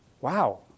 Wow